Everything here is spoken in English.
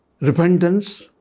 Repentance